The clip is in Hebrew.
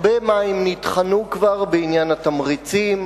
הרבה מים נטחנו כבר בעניין התמריצים,